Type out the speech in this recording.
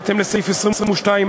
בהתאם לסעיף 22(א)